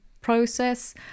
process